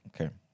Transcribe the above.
Okay